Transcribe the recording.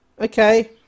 okay